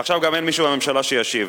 ועכשיו גם אין מישהו מהממשלה שישיב.